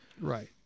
Right